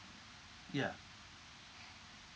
yeah